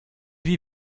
wie